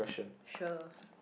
sure